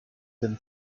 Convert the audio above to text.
them